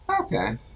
Okay